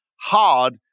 hard